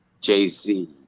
Jay-Z